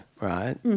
right